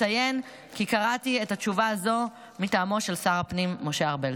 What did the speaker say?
אציין כי קראתי את התשובה הזו מטעמו של שר הפנים משה ארבל.